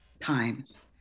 times